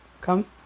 Come